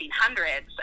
1800s